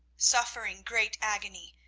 suffering great agony,